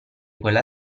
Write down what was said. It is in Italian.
quella